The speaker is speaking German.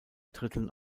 dritteln